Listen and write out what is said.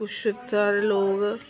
कुछ साढ़े लोक